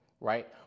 right